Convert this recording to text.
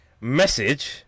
message